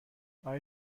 آقای